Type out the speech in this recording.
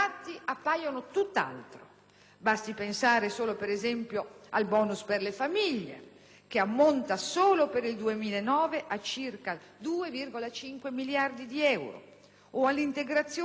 Basti pensare, per esempio, al *bonus* per le famiglie (che ammonta solo per il 2009 a circa 2,5 miliardi di euro), all'integrazione del Fondo per l'occupazione